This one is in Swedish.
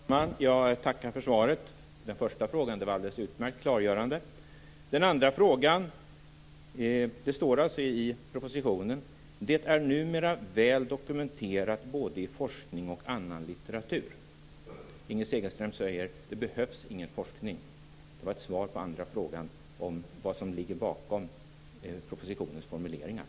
Fru talman! Jag tackar för svaren. Svaret på den första frågan var alldeles utmärkt klargörande. När det gäller den andra frågan står det i propositionen: Det är numera väl dokumenterat både i forskning och annan litteratur. Inger Segelström säger: Det behövs ingen forskning. Det var ett svar på den andra frågan om vad som ligger bakom propositionens formuleringar.